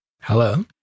Hello